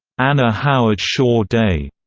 anna howard shaw day,